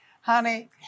honey